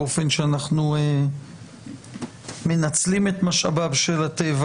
האופן שבו אנחנו מנצלים את משאביו של הטבע,